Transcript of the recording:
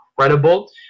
incredible